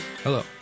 Hello